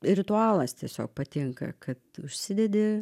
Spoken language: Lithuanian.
ritualas tiesiog patinka kad užsidedi